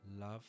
love